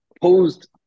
posed